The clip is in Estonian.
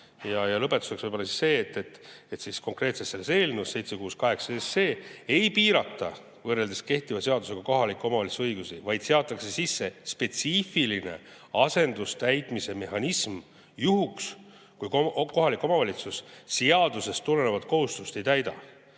täita. Lõpetuseks võib-olla see, et konkreetselt selles eelnõus 768 ei piirata võrreldes kehtiva seadusega kohaliku omavalitsuse õigusi, vaid seatakse sisse spetsiifiline asendustäitmise mehhanism juhuks, kui kohalik omavalitsus seadusest tulenevat kohustust ei täida.